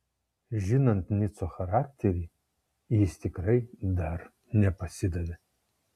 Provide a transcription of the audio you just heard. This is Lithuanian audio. žinant nico charakterį jis tikrai dar nepasidavė